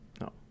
no